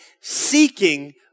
seeking